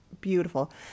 beautiful